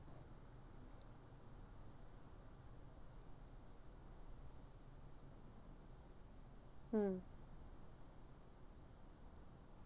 mm